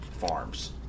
farms